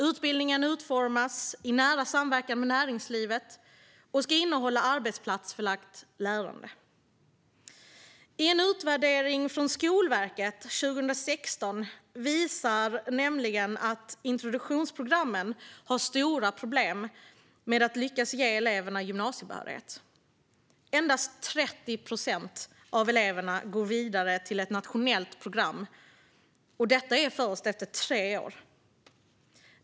Utbildningen utformas i nära samverkan med näringslivet och ska innehålla arbetsplatsförlagt lärande. En utvärdering från Skolverket 2016 visar nämligen att introduktionsprogrammen har stora problem med att lyckas ge eleverna gymnasiebehörighet. Endast 30 procent av eleverna går vidare till ett nationellt program efter tre år.